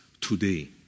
today